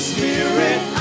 Spirit